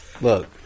Look